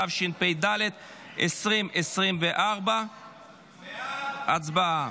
התשפ"ד 2024. הצבעה.